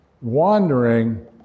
wandering